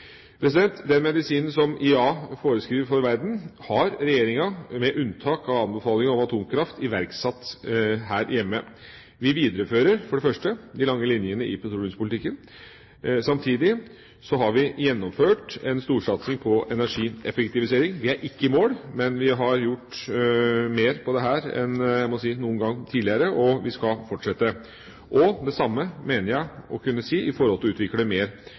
Den medisinen som IEA foreskriver for verden, har regjeringa, med unntak av anbefalingen om atomkraft, iverksatt her hjemme. Vi viderefører for det første de lange linjene i petroleumspolitikken. Samtidig har vi gjennomført en storsatsing på energieffektivisering. Vi er ikke i mål, men vi har gjort mer på dette området enn noen gang tidligere, og vi skal fortsette. Det samme mener jeg å kunne si når det gjelder å utvikle mer